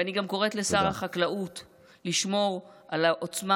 ואני גם קוראת לשר החקלאות לשמור על העוצמה